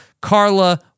Carla